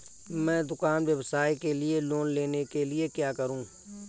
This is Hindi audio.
मैं दुकान व्यवसाय के लिए लोंन लेने के लिए क्या करूं?